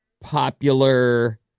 popular